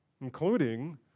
including